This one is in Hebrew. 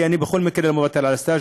כי אני בכל מקרה לא מוותר על הסטאז',